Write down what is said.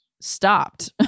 stopped